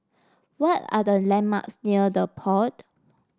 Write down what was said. what are the landmarks near The Pod